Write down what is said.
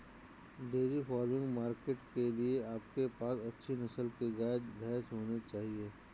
dairy farming market के लिए आपके पास अच्छी नस्ल के गाय, भैंस होने चाहिए